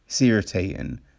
irritating